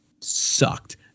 sucked